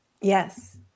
Yes